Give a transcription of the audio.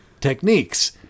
techniques